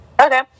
Okay